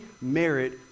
merit